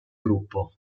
gruppo